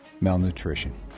malnutrition